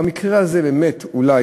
במקרה הזה אולי,